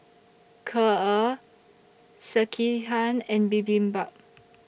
Kheer Sekihan and Bibimbap